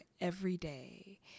everyday